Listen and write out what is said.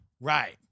Right